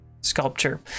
sculpture